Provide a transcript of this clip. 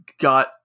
got